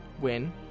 win